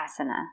asana